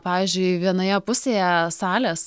pavyzdžiui vienoje pusėje salės